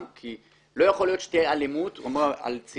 כי לא יכול להיות שתהיה אלימות על צילום,